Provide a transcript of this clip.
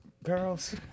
Girls